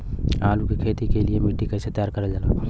आलू की खेती के लिए मिट्टी कैसे तैयार करें जाला?